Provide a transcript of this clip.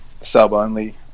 sub-only